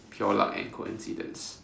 pure luck and coincidence